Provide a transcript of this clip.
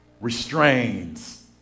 restrains